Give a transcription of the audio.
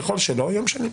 ככל שלא, נצביע ביום שני.